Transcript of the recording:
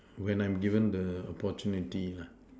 when I'm given the opportunity lah